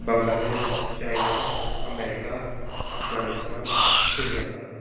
Bangladesh China America Afghanistan Sri Lanka